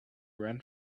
ran